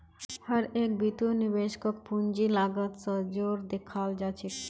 हर एक बितु निवेशकक पूंजीर लागत स जोर देखाला जा छेक